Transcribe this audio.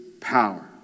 power